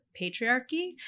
patriarchy